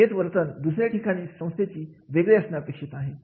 हेच वर्तन दुसऱ्या ठिकाणच्या संस्थेमध्ये वेगळी असणे अपेक्षित आहे